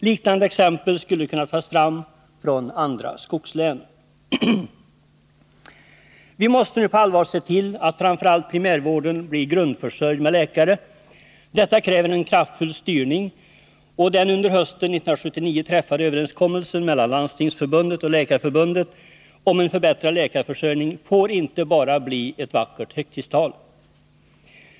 Liknande exempel skulle kunna tas fram från andra skogslän. Vi måste nu på allvar se till att framför allt primärvården blir grundförsörjd med läkare. Detta förutsätter en kraftfull styrning, och den under hösten 1979 träffade överenskommelsen mellan Landstingsförbundet och Läkarförbundet om en förbättrad läkarförsörning får inte bli bara ett vackert högtidstal.